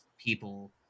people